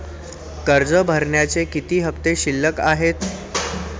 कर्ज भरण्याचे किती हफ्ते शिल्लक आहेत?